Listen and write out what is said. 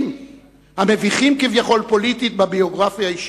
ומביכים-כביכול פוליטית בביוגרפיה האישית,